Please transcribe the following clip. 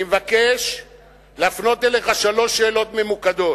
אני מבקש להפנות אליך שלוש שאלות ממוקדות,